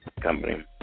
Company